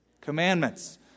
commandments